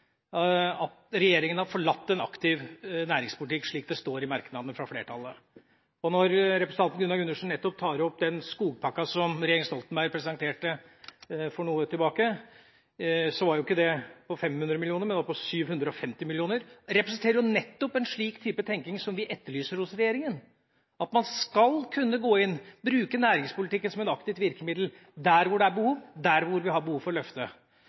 Når representanten Gunnar Gundersen tar opp den skogpakka som regjeringa Stoltenberg presenterte for en tid tilbake, var jo ikke den på 500 mill. kr, men på 750 mill. kr. Den representerer nettopp en slik type tenking som vi etterlyser hos regjeringa, at man skal kunne gå inn og bruke næringspolitikken som et aktivt virkemiddel der hvor det er